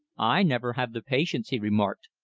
i never have the patience, he remarked,